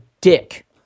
dick